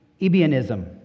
Ebionism